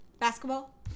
Basketball